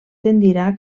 tendirà